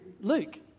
Luke